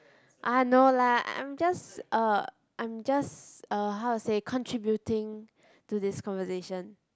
ah no lah I'm just uh I'm just uh how to say contributing to this conversation